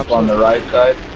on the right